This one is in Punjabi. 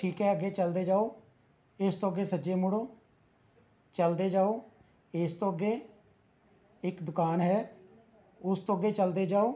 ਠੀਕ ਹੈ ਅੱਗੇ ਚੱਲਦੇ ਜਾਉ ਇਸ ਤੋਂ ਅੱਗੇ ਸੱਜੇ ਮੁੜੋ ਚੱਲਦੇ ਜਾਉ ਇਸ ਤੋਂ ਅੱਗੇ ਇੱਕ ਦੁਕਾਨ ਹੈ ਉਸ ਤੋਂ ਅੱਗੇ ਚੱਲਦੇ ਜਾਉ